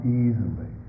easily